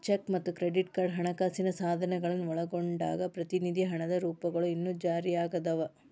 check ಮತ್ತ credit card ಹಣಕಾಸಿನ ಸಾಧನಗಳನ್ನ ಒಳಗೊಂಡಂಗ ಪ್ರತಿನಿಧಿ ಹಣದ ರೂಪಗಳು ಇನ್ನೂ ಜಾರಿಯಾಗದವ